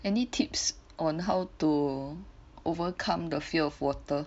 any tips on how to overcome the fear of water